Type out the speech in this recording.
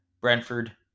Brentford